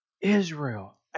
Israel